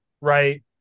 right